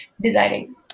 designing